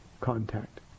contact